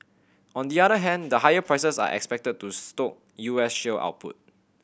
on the other hand the higher prices are expected to stoke U S shale output